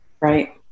right